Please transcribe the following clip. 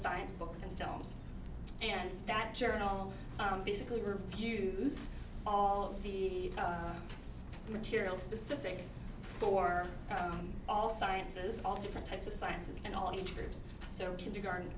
science books and films and that journal basically reviews all the material specific for all sciences all different types of sciences and all of the troops so kindergarten